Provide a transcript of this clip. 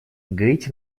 гаити